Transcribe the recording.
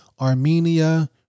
Armenia